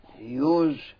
use